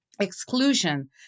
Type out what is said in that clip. exclusion